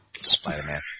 Spider-Man